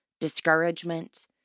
discouragement